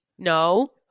No